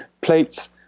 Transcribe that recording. plates